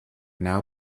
now